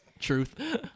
Truth